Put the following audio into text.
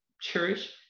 cherish